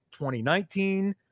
2019